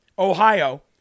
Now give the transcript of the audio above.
Ohio